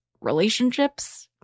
relationships